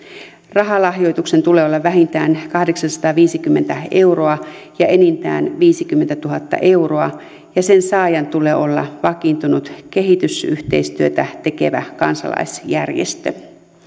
rahalahjoituksen tulee olla vähintään kahdeksansataaviisikymmentä euroa ja enintään viisikymmentätuhatta euroa ja sen saajan tulee olla vakiintunut kehitysyhteistyötä tekevä kansalaisjärjestö